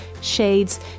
shades